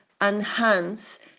enhance